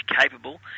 capable